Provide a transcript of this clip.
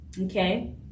okay